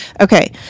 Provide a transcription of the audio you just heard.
okay